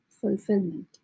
Fulfillment